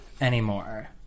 anymore